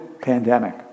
pandemic